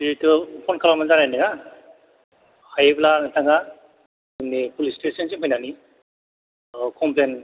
जिहेतु फन खालामब्लानो जागोन दे हायोब्ला नोंथाङा जोंनि पुलिस स्टेसनसिम फैनानै कमफ्लेन